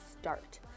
start